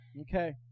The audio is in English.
Okay